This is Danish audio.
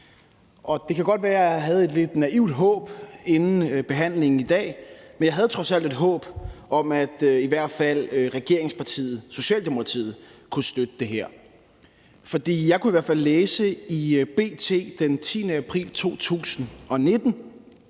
det kan godt være, at jeg havde et lidt naivt håb inden behandlingen i dag, men jeg havde trods alt et håb om, at i hvert fald regeringspartiet Socialdemokratiet kunne støtte det her. For jeg kunne i hvert fald læse i B.T. den 10. april 2019,